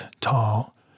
tall